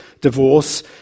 divorce